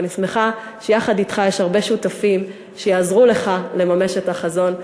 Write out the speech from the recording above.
ואני שמחה שיחד אתך יש הרבה שותפים שיעזרו לך לממש את החזון.